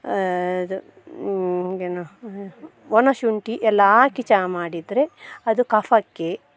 ಇದು ಏನು ಒಣ ಶುಂಠಿ ಎಲ್ಲ ಹಾಕಿ ಚಹಾ ಮಾಡಿದರೆ ಅದು ಕಫಕ್ಕೆ